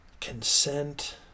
consent